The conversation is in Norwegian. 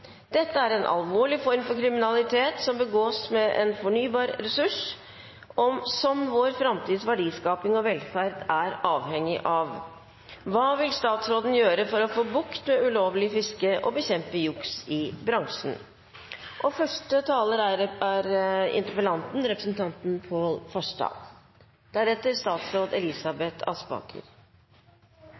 Dette er en alvorlig form for kriminalitet som begås mot en fornybar ressurs som vår framtids verdiskaping og velferd er avhengig av. Vi har ikke grunnlag for å hevde at fiskerinæringen verken er mer eller mindre lovlydig enn andre næringer, og